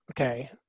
Okay